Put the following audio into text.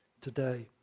today